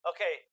Okay